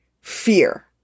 fear